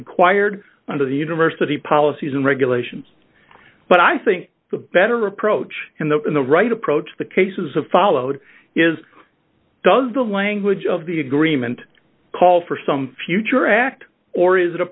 required under the university policies and regulations but i think the better approach in the in the right approach the cases have followed is does the language of the agreement call for some future act or is it a